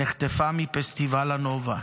נחטפה מפסטיבל הנובה,